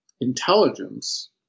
intelligence